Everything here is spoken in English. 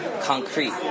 concrete